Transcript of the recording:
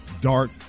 dark